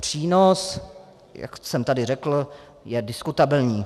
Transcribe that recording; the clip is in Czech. Přínos, jak jsem tady řekl, je diskutabilní.